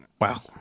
Wow